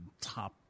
top